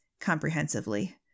comprehensively